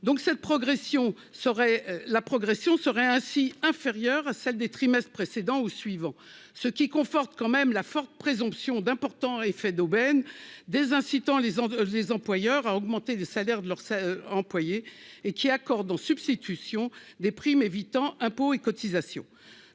la progression serait ainsi inférieure à celle des trimestres précédents ou suivants, ce qui conforte quand même la forte présomption d'importants effets d'aubaine des incitant les gens, les employeurs à augmenter les salaires de leurs ça employé et qui accorde en substitution des primes évitant, impôts et cotisations,